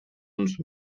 uns